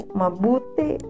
mabuti